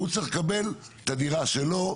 הוא צריך לקבל את הדירה שלו.